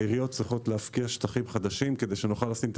העיריות צריכות להפקיע שטחים חדשים כדי שנוכל לשים את